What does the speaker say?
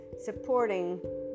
supporting